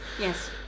Yes